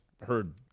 heard –